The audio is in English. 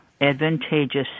advantageous